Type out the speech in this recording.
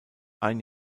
ein